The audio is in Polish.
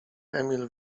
emil